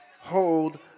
Hold